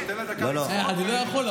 אני לא יכול.